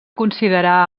considerar